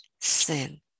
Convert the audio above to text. sin